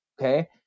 okay